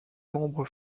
membres